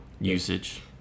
usage